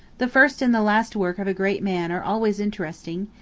the first and the last work of a great man are always interesting,